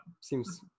Seems